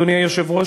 אדוני היושב-ראש,